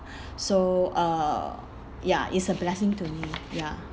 so uh ya it's a blessing to me ya